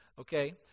Okay